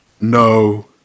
no